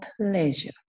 pleasure